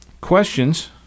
questions